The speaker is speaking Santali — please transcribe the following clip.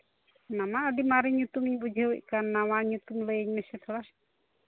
ᱚᱱᱟ ᱢᱟ ᱟᱹᱰᱤ ᱢᱟᱨᱮ ᱧᱩᱛᱩᱢᱤᱧ ᱵᱩᱡᱷᱟᱹᱣᱮᱫ ᱠᱟᱱᱟ ᱱᱚᱣᱟ ᱧᱩᱛᱩᱢ ᱞᱟᱹᱭᱟᱹᱧ ᱢᱮᱥᱮ ᱛᱷᱚᱲᱟ